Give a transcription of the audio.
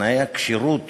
שתנאי הכשירות